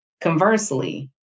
Conversely